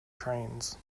trains